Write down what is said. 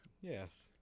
Yes